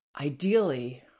ideally